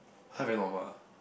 !huh! very normal ah